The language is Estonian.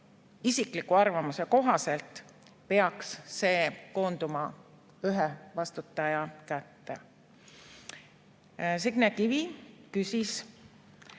isikliku arvamuse kohaselt peaks see koonduma ühe vastutaja kätte. Signe Kivi küsis,